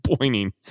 pointing